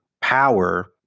power